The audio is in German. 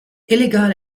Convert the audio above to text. illegal